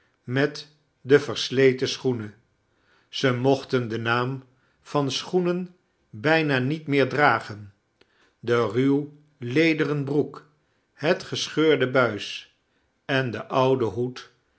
met de versleten schoenen ze mochten den naam van schoenen bijna niet meer dragen de ruw lederen broek het gescheurde buis en den ouden hoed